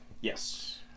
Yes